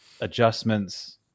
adjustments